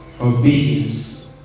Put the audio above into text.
obedience